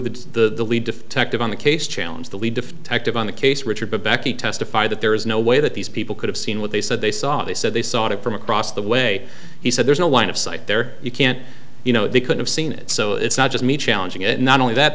defective on the case challenge the lead to active on the case richard but back to testify that there is no way that these people could have seen what they said they saw they said they saw it from across the way he said there's no one of site there you can't you know they could have seen it so it's not just me challenging it not only that